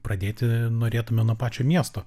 pradėti norėtume nuo pačio miesto